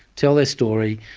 tell their story,